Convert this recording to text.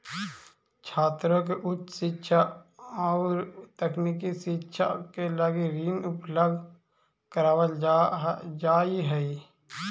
छात्रों के उच्च शिक्षा औउर तकनीकी शिक्षा के लगी ऋण उपलब्ध करावल जाऽ हई